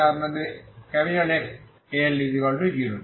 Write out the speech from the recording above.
তাই আপনার XL0 আছে